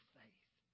faith